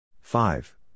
Five